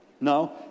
No